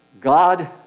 God